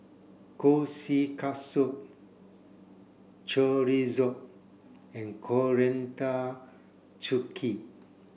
kushikatsu Chorizo and Coriander Chutney